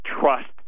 trust